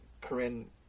Corinne